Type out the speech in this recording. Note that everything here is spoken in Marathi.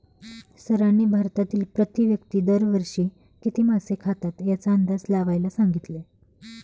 सरांनी भारतातील प्रति व्यक्ती दर वर्षी किती मासे खातात याचा अंदाज लावायला सांगितले?